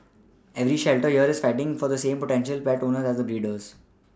every shelter here is fighting for the same potential pet owners as the breeders